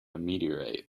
meteorite